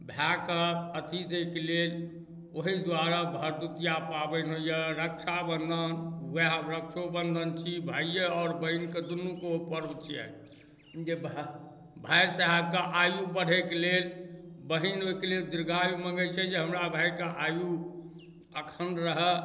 भाय कऽ अथी दैके लेल ओहिदुआरे भरदुतिआ पाबनि होइया रक्षाबन्धन ओएह रक्षोबन्धन छी भाइये आओर बहिनके दुनूके ओ पर्व छिअनि जे भाइ साहेबके आयु बढ़ैके लेल बहिन ओहिके लेल दीर्घायु मँगैत छै जे हमरा भाइके आयु अखण्ड रहए